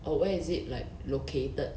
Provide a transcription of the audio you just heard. oh where is it like located